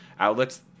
outlets